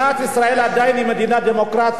מדינת ישראל היא עדיין מדינה דמוקרטית,